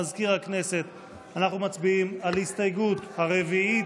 מזכיר הכנסת, אנחנו מצביעים על ההסתייגות הרביעית.